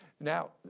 Now